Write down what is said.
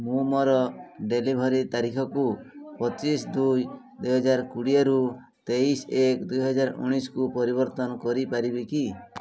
ମୁଁ ମୋର ଡେଲିଭରି ତାରିଖକୁ ପଚିଶି ଦୁଇ ଦୁଇହାଜର କୋଡ଼ିଏରୁ ତେଇଶି ଏକ ଦୁଇହାଜର ଉଣେଇଶିକୁ ପରିବର୍ତ୍ତନ କରିପାରିବି କି